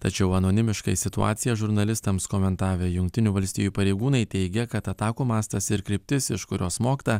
tačiau anonimiškai situaciją žurnalistams komentavę jungtinių valstijų pareigūnai teigia kad atakų mastas ir kryptis iš kurio smogta